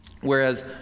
Whereas